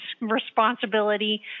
responsibility